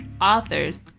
authors